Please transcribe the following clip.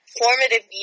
formative